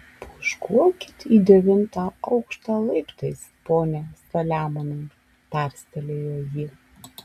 pūškuokit į devintą aukštą laiptais pone saliamonai tarstelėjo ji